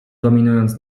dominując